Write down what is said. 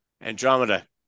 Andromeda